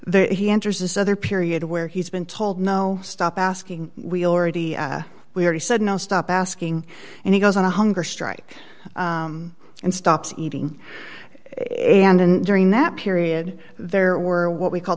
there he enters this other period where he's been told no stop asking we already we already said no stop asking and he goes on a hunger strike and stops eating and during that period there were what we call